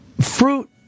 fruit